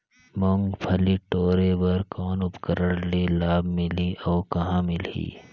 मुंगफली टोरे बर कौन उपकरण ले लाभ मिलही अउ कहाँ मिलही?